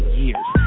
years